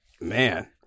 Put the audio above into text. Man